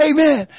Amen